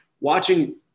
watching